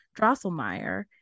Drosselmeyer